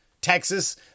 Texas